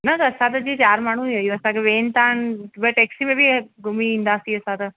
न न असां जीअं चार माण्हू आहियूं असांखे वेन त हाणे टेक्सीअ में बि घुमी ईंदासीं असां त